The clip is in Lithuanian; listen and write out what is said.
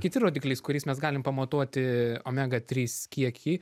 kiti rodikliai kuriais mes galim pamatuoti omega trys kiekį